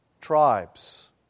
tribes